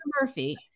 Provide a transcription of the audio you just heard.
Murphy